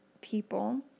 people